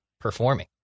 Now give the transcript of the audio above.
performing